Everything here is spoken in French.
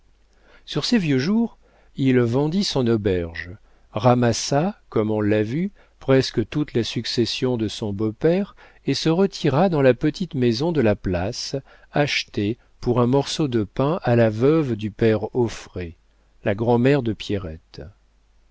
sur ses vieux jours il vendit son auberge ramassa comme on l'a vu presque toute la succession de son beau-père et se retira dans la petite maison de la place achetée pour un morceau de pain à la veuve du père auffray la grand'mère de pierrette